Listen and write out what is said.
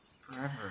forever